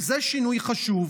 וזה שינוי חשוב.